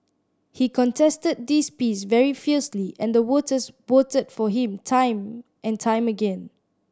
he contested this piece very fiercely and the voters voted for him time and time again